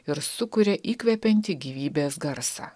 ir sukuria įkvepiantį gyvybės garsą